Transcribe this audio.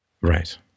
Right